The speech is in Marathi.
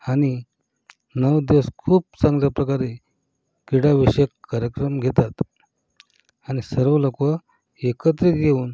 आणि नऊ दिवस खूप चांगल्या प्रकारे क्रीडाविषयक कार्यक्रम घेतात आणि सर्व लोक एकत्रित येऊन